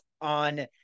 on